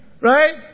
Right